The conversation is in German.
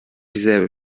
dieselbe